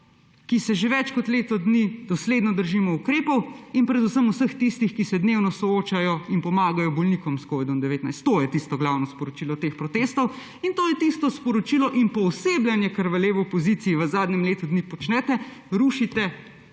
ki se že več kot letno dni dosledno držimo ukrepov in predvsem vseh tistih, ki se dnevno soočajo in pomagajo bolnikom s covid-19 to je tisto glavno sporočilo teh protestov in to je tisto sporočilo in poosebljanje kar v levi opozicij v zadnjem letu dni počnete, rušite to